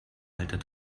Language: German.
alter